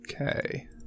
okay